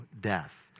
death